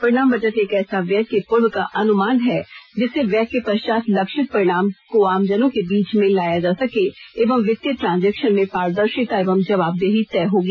परिणाम बजट एक ऐसा व्यय के पूर्व का अनुमान है जिससे व्यय के पश्चात लक्षित परिणाम को आमजनों के बीच में लाया जा सके एवं वितीय ट्रॉजेंक्शन में पारदर्शिता एवं जवाबदेही तय होगी